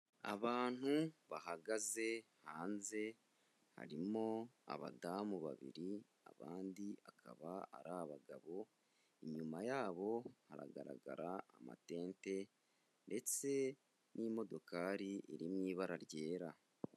Abantu bahagaze hanze, harimo abadamu babiri abandi akaba ari abagabo, inyuma yabo haragaragara amatente ndetse n'imodokari iri mu ibara ryera.